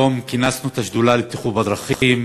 היום כינסנו את השדולה לבטיחות בדרכים,